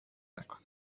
نکنه